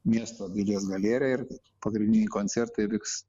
miesto dailės galėrija ir pagrindiniai koncertai viks